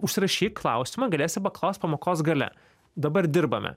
užsirašyk klausimą galėsi paklaust pamokos gale dabar dirbame